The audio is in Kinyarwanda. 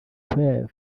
faith